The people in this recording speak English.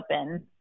open